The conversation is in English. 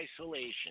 isolation